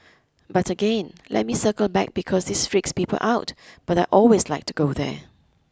but again let me circle back because this freaks people out but I always like to go there